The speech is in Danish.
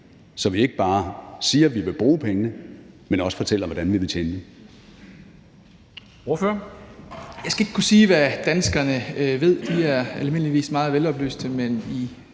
så vi ikke bare siger, at vi vil bruge pengene, men også fortæller, hvordan vi vil tjene dem.